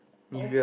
oh